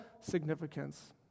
significance